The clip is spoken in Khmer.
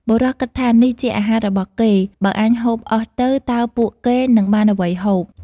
បុរសគិតថា នេះជាអាហារ របស់គេ បើអញហូបអស់ទៅ តើពួកគេនឹងបានអ្វីហូប? ។